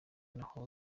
naho